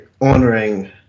honoring